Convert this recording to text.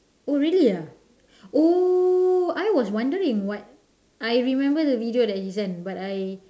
oh really ah oh I was wondering what I remember the video that he sent but I